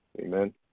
Amen